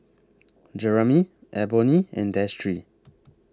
Jeramy Eboni and Destry